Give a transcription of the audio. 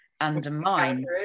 undermine